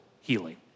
healing